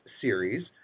series